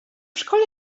szkole